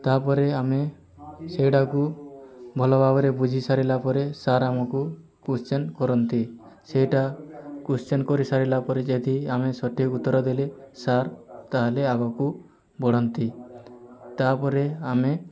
ତା'ପରେ ଆମେ ସେଇଗୁଡ଼ାକୁ ଭଲ ଭାବରେ ବୁଝି ସାରିଲା ପରେ ସାର୍ ଆମକୁ କ୍ୱୋଶ୍ଚିନ୍ କରନ୍ତି ସେଇଟା କ୍ୱୋଶ୍ଚିନ୍ କରି ସାରିଲା ପରେ ଯଦି ଆମେ ସଠିକ୍ ଉତ୍ତର ଦେଲେ ସାର୍ ତା'ହେଲେ ଆଗକୁ ବଢ଼ନ୍ତି ତା'ପରେ ଆମେ